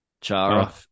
Chara